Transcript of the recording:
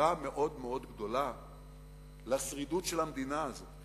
בסתירה מאוד מאוד גדולה לשרידות של המדינה הזאת,